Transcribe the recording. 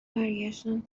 برگشتم